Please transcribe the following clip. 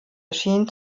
erschien